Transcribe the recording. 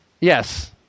Yes